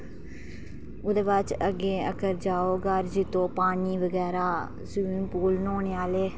ओह्दे बाद अगर अग्गें जाओ ग्हार जित्तो पानी बगैरा स्विमिंग पूल न्होने आह्ले